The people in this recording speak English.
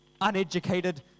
uneducated